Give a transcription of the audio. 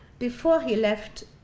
before he left